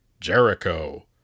Jericho